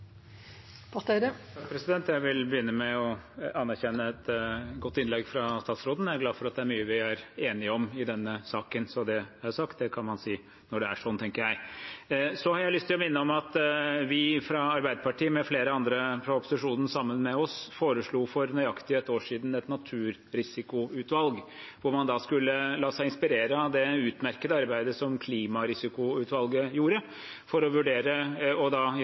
er det sagt – det kan man si når det er sånn, tenker jeg. Nå har jeg lyst til å minne om at vi fra Arbeiderpartiet, med flere andre fra opposisjonen sammen med oss, foreslo for nøyaktig et år siden et naturrisikoutvalg. Man skulle la seg inspirere av det utmerkede arbeidet som klimarisikoutvalget gjorde, for å vurdere i natursammenheng både selve naturrisikoen som sådan, altså hvordan livsgrunnlag blir undergravd, hvordan ressurser blir borte, hvordan biodiversitet forvitrer i seg selv, og også overgangsrisiko i en verden som begynner å ta dette på alvor, og som f.eks. kan gå ut over dem som har en